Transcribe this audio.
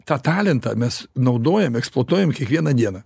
tą talentą mes naudojam eksploatuojam kiekvieną dieną